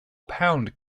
pound